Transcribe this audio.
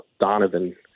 Donovan –